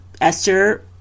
Esther